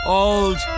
old